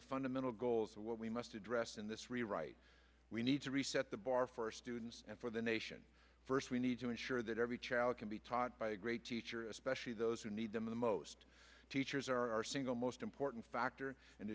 the fundamental goals of what we must address in this rewrite we need to reset the bar for our students and for the nation first we need to ensure that every child can be taught by a great teacher especially those who need them the most teachers are our single most important factor